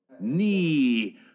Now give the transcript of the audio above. knee